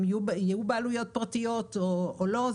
אם יהיו בעלויות פרטיות או לא?